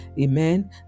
Amen